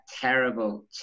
terrible